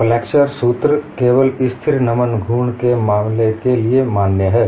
flexure सूत्र केवल स्थिर नमन घूर्ण के मामले के लिए मान्य है